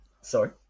sorry